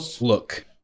look